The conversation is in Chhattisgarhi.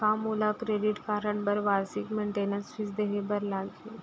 का मोला क्रेडिट कारड बर वार्षिक मेंटेनेंस फीस देहे बर लागही?